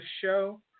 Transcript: show